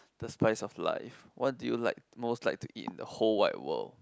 the spice of life what do you like most like to eat in the whole wide world